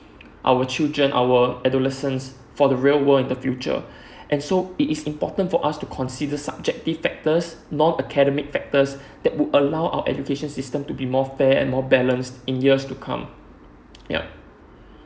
our children our adolescents for the real world in the future and so it is important for us to consider subjective factors non academic factors that would allow our education system to be more fair and more balanced in years to come yup